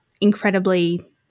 incredibly